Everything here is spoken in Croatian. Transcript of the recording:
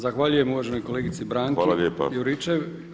Zahvaljujem uvaženoj kolegici Branki Juričev.